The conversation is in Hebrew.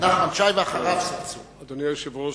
אדוני היושב-ראש,